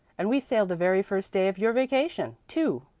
and we sail the very first day of your vacation too.